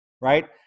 right